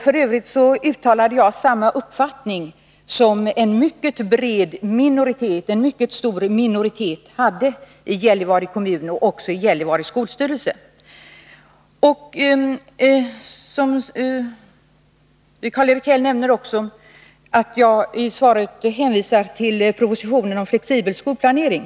F. ö. uttalade Nr 131 jag samma uppfattning som en betydande minoritet hade i Gällivare Tisdagen den kommun och i Gällivare skolstyrelse. 27 april 1982 Karl-Erik Häll nämner att jag i svaret hänvisar till propositionen om flexibel skolplanering.